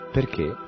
Perché